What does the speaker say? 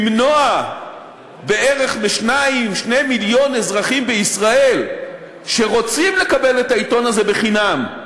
למנוע מ-2 מיליון אזרחים בישראל בערך שרוצים לקבל את העיתון הזה בחינם,